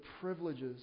privileges